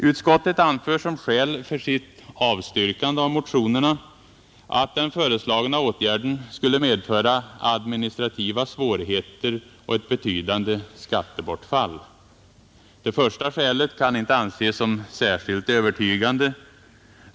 Utskottet anför som skäl för sitt avstyrkande av motionerna att den föreslagna åtgärden skulle medföra administrativa svårigheter och ett betydande skattebortfall. Det första skälet kan inte anses som särskilt övertygande.